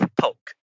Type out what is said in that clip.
poke